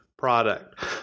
product